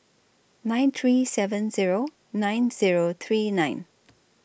nine three seven Zero nine Zero three nine